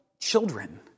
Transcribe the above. children